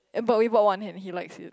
and but we bought one him he likes it